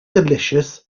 delicious